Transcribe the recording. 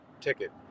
ticket